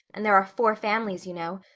and there are four families, you know.